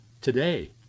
today